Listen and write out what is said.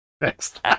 Next